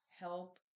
help